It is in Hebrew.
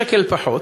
שקל פחות,